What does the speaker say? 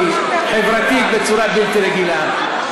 היא חברתית בצורה בלתי רגילה,